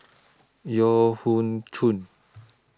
Yeo Hoe